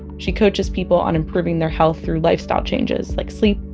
she coaches people on improving their health through lifestyle changes like sleep,